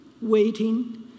waiting